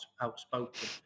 outspoken